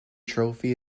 trophy